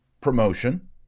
promotion